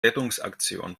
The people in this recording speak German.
rettungsaktion